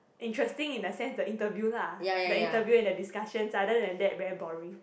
interesting in the sense the interview lah the interview and the discussions other than that very boring